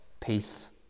peace